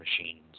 machines